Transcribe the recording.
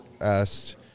asked